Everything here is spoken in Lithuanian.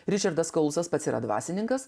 ričardas klausas pats yra dvasininkas